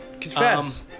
Confess